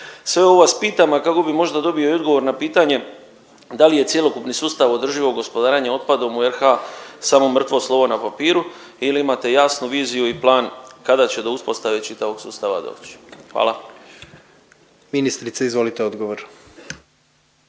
Sve ovo vas pitam, a kako bi možda dobio i odgovor na pitanje da li je cjelokupni sustav održivog gospodarenja otpadom u RH samo mrtvo slovo na papiru ili imate jasnu viziju i plan, kada će do uspostave čitavog sustava doći? Hvala. **Jandroković, Gordan